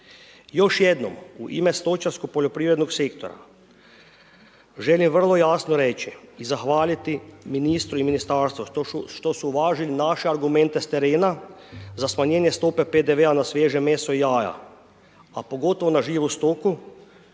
Još jednom u ime stočarskog poljoprivrednog sektora, želim vrlo jasno reći i zahvaliti ministru i gospodarstvu, što su uvažili naše argumente s terena za smanjenje stope PDV-a na sviježe meso i jaja, a pogotovo na živu stoku,